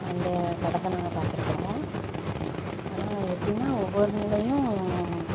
அந்த படகை நாங்கள் பார்த்துருக்குறோம் ஆனால் எப்படின்னா ஒவ்வொன்லேயும்